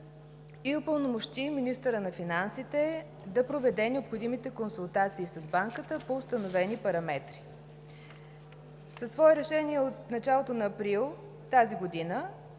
и упълномощи министъра на финансите да проведе необходимите консултации с Банката по установени параметри. Със свое решение от началото на април тази година